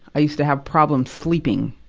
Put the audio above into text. i used to have problem sleeping,